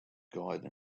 guide